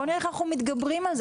בואו נראה איך אנחנו מתגברים על זה,